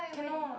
can not